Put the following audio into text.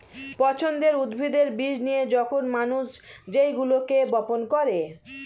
পছন্দের উদ্ভিদের বীজ নিয়ে যখন মানুষ সেগুলোকে বপন করে